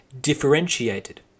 differentiated